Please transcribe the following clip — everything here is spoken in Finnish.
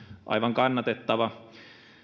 aivan kannatettava